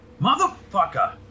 Motherfucker